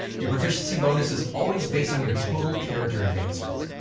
your proficiency bonus is always based on your total character advancement.